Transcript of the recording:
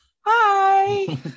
Hi